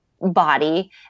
body